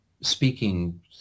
speaking